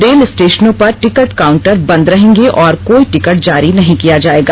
rail स्टेशनों पर ticket counter बंद रहेंगे और कोई टिकट जारी नहीं किया जाएगा